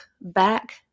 back